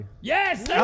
Yes